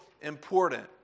important